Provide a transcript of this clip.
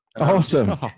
awesome